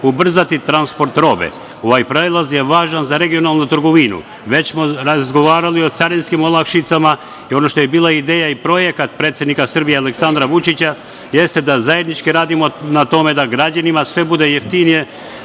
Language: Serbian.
ubrzati transport robe. Ovaj prelaz je važan za regionalnu trgovinu. Već smo razgovarali o carinskim olakšicama i ono što je bila ideja i projekat predsednika Srbije Aleksandra Vučića jeste da zajednički radimo na tome da građanima sve bude jeftinije,